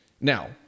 Now